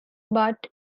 but